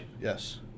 yes